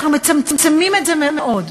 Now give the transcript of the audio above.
אנחנו מצמצמים את זה מאוד,